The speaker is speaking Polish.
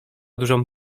dużą